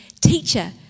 Teacher